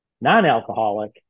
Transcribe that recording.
non-alcoholic